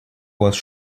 вас